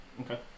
Okay